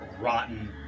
rotten